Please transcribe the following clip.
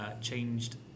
changed